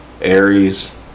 Aries